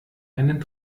einen